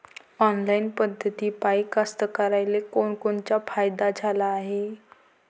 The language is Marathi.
ऑनलाईन पद्धतीपायी कास्तकाराइले कोनकोनचा फायदा झाला हाये?